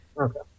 Okay